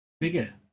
bigger